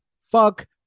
Fuck